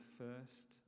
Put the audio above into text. first